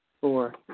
Four